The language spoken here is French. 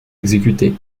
exécutés